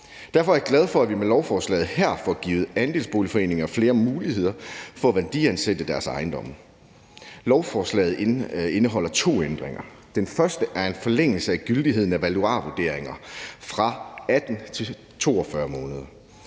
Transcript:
Derfor er jeg glad for, at vi med lovforslaget her får givet andelsboligforeninger flere muligheder for at værdiansætte deres ejendomme. Lovforslaget indeholder to ændringer. Den første er en forlængelse af gyldigheden af valuarvurderinger fra 18 til 42 måneder.